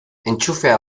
entxufea